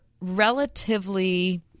relatively –